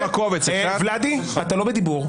ולדי, אתה לא בדיבור.